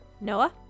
Noah